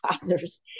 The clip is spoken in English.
father's